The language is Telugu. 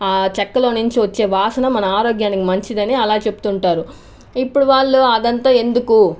ఆ చెక్కలో నుంచి వచ్చే వాసన మన ఆరోగ్యానికి మంచిదని అలా చెప్తూ ఉంటారు ఇప్పుడు వాళ్ళు అదంతా ఎందుకు